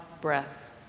breath